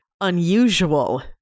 unusual